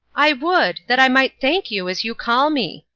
i would, that i might thank you as you call me.